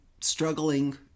struggling